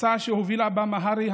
מסע שהוביל אבא מהרי,